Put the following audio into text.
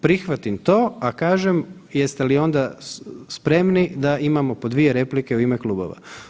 Prihvatim to, a kažem jeste li onda spremni da imamo po 2 replike u ime klubova.